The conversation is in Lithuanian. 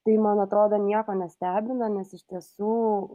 tai man atrodo nieko nestebina nes iš tiesų